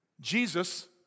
Jesus